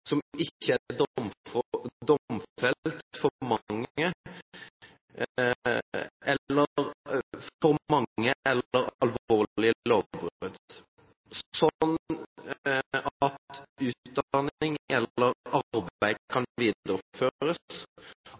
som ikke er domfelt for mange eller alvorlige lovbrudd, slik at utdanning eller arbeid kan videreføres,